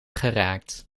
geraakt